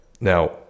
Now